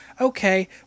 Okay